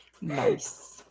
nice